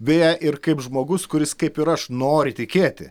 beje ir kaip žmogus kuris kaip ir aš nori tikėti